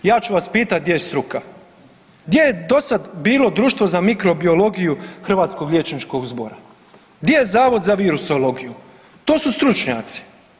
Ja ću vas pitat gdje je struka, gdje je dosad bilo Društvo za mikrobiologiju Hrvatskog liječničkog zbora, gdje je Zavod za virusologiju, to su stručnjaci.